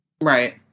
right